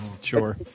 sure